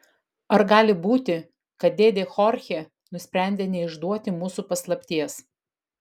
ar gali būti kad dėdė chorchė nusprendė neišduoti mūsų paslapties